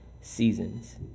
seasons